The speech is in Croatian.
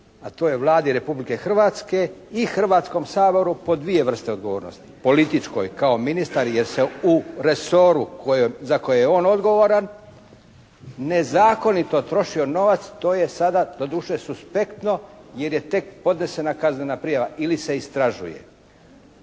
a to je Vladi Republike Hrvatske i Hrvatskom saboru pod dvije vrste odgovornosti: političkoj kao ministar jer se u resoru za kojeg je on odgovoran nezakonito trošio novac. To je sada doduše suspektno jer je tek podnesena kaznena prijava ili se istražuje.